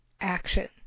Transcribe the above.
action